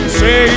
say